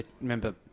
Remember